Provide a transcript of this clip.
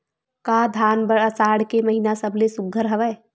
का धान बर आषाढ़ के महिना सबले सुघ्घर हवय?